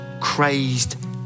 crazed